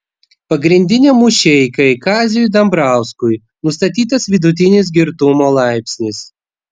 pagrindiniam mušeikai kaziui dambrauskui nustatytas vidutinis girtumo laipsnis